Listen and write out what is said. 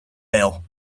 aisle